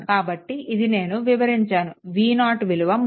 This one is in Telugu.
కాబట్టి ఇది నేను వివరించాను v0 విలువ 3